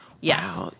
Yes